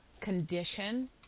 condition